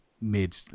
mid